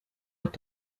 est